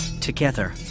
Together